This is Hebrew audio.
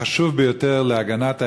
החשוב ביותר להגנת האזרח,